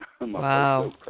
Wow